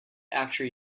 after